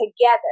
together